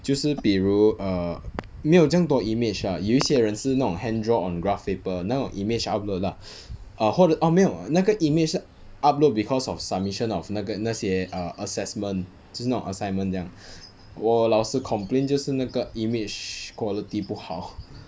就是比如 err 没有这样多 image lah 有一些人是那种 hand draw on graph paper 那种 image upload lah 或者 oh 没有那个 image 是 upload because of submission of 那个那些 assessment 就是那种 assignment 这样我老师 complain 就是那个 image quality 不好